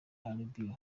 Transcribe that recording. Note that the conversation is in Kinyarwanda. albion